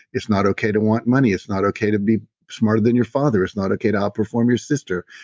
it's not okay to want money. it's not okay to be smarter than your father. it's not okay to outperform your sister.